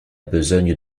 besogne